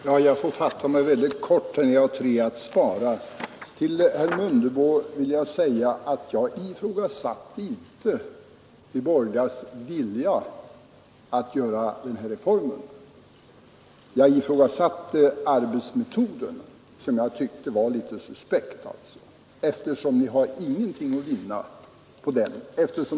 Herr talman! Jag måste fatta mig kort när jag har tre personer att svara. Till herr Mundebo vill jag säga att jag inte ifrågasatte de borgerligas vilja att genomföra reformen; jag ifrågasatte arbetsmetoden, som jag tyckte var litet suspekt eftersom vi inte har någonting att vinna med den.